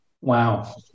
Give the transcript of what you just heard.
Wow